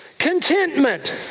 Contentment